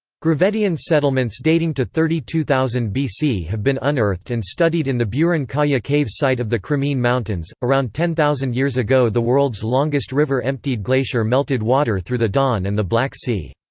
gravettian settlements dating to thirty two thousand bc have been unearthed and studied in the buran-kaya cave site of the crimean mountains around ten thousand years ago the world's longest river emptied glacier melted water through the don and the black sea.